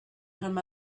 him